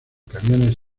camiones